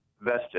vested